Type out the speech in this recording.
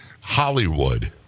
hollywood